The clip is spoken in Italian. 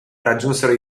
raggiunsero